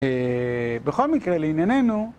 בכל מקרה לענייננו